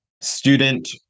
student